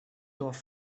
dorf